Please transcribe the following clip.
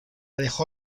dejó